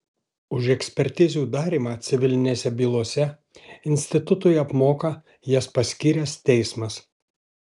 už ekspertizių darymą civilinėse bylose institutui apmoka jas paskyręs teismas